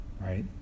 right